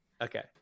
Okay